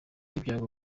ibyago